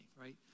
right